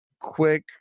quick